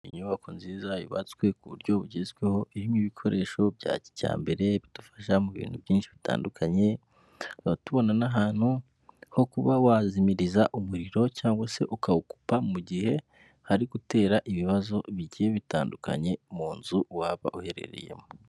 Inyubako nziza yubatswe ku buryo bugezweho irimo ibikoresho byajyambere bidufasha mu bintu byinshi bitandukanye abatubona n'ahantu ho kuba wazimiriza umuriro cyangwa se ukawukupa mu gihe hari gutera ibibazo bigiye bitandukanye mu nzu waba uherereyemo.